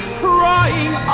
crying